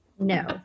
No